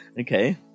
Okay